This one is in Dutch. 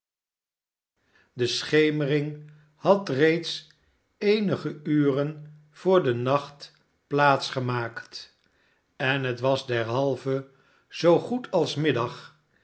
de schemering had reeds eenige urcn voor den nacht plaata gemaakt en het was derhalve zoo goed als middag